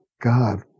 God